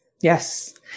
Yes